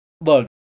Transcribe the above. Look